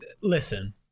listen